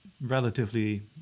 relatively